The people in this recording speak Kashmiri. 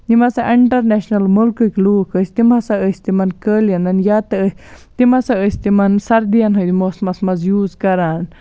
یِم ہَسا اِنٹَرنیشنَل ملکٕکۍ لُکھ ٲسۍ تِم ہَسا ٲسۍ تِمَن قٲلینَن یا تہِ تِم ہَسا ٲسۍ تِمَن سَردِیَن ہٕنٛدۍ موسمَس مَنٛز یوٗز کَران